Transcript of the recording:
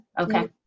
Okay